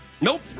Nope